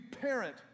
parent